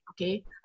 okay